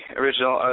original